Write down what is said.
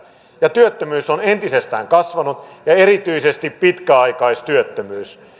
ja työttömyys on entisestään kasvanut erityisesti pitkäaikaistyöttömyys